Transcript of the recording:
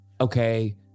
okay